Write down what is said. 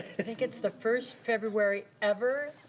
i think it's the first february, ever,